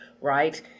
right